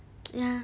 ya